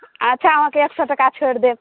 अच्छा अहाँकेँ एक सए टाका छोड़ि देब